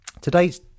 Today's